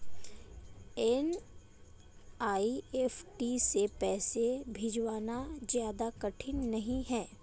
NEFT से पैसे भिजवाना ज्यादा कठिन नहीं है